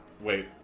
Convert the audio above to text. wait